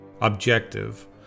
Objective